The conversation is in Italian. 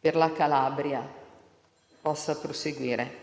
per la Calabria possa proseguire.